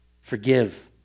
forgive